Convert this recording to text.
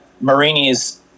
Marini's